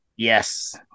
Yes